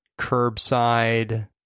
curbside